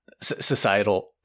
societal